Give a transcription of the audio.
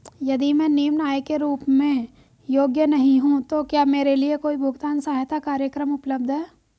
यदि मैं निम्न आय के रूप में योग्य नहीं हूँ तो क्या मेरे लिए कोई भुगतान सहायता कार्यक्रम उपलब्ध है?